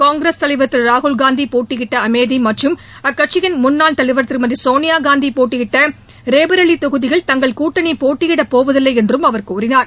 காங்கிரஸ் தலைவர் திரு ராகுல் காந்தி போட்டியிட்ட அமேதி மற்றும் அக்கட்சியின் முன்னாள் தலைவர் திருமதி சோனியாகாந்தி போட்டியிட்ட ரேபரெய்லி தொகுதியில் தங்கள் கூட்டணி போட்டியிடப் போவதில்லை என்றும் அவர் கூறினார்